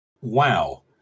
Wow